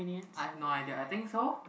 I'm no idea I think so